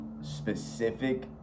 specific